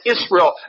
Israel